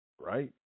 Right